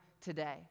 today